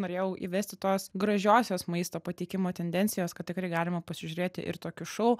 norėjau įvesti tos gražiosios maisto pateikimo tendencijos kad tikrai galima pasižiūrėti ir tokius šou